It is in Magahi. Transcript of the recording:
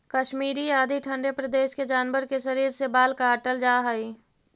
कश्मीर आदि ठण्ढे प्रदेश के जानवर के शरीर से बाल काटल जाऽ हइ